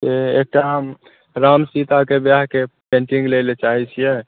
एकटा राम सीता के विवाह के पेंटिंग लै लए चाहै छियै